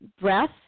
breath